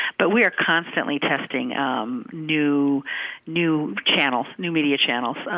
but we are constantly testing um new new channels, new media channels,